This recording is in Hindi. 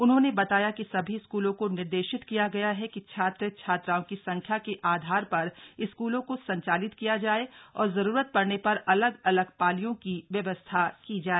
उन्होंने बताया कि सभी स्कूलों को निर्देशित किया गया है कि छात्र छात्राओं की संख्या के आधार पर स्कूलों को संचालित किया जाए और जरूरत पड़ने पर अलग अलग पालियो की व्यवस्था की जाए